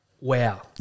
wow